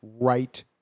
right